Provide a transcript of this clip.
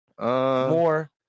More